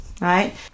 right